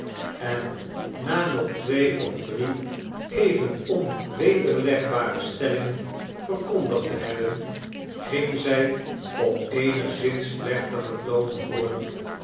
en na nog twee of drie even onwederlegbare stellingen verkondigd te hebben ging zij op eendgszins plechtigen toon voort